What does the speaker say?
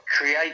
create